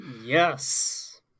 Yes